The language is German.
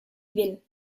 will